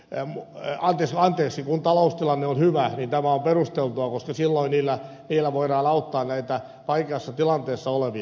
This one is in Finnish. teemu koivistoa tiesikin taloustilanne on hyvä koska silloin niillä voidaan auttaa näitä vaikeassa tilanteessa olevia